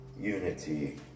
unity